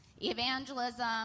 Evangelism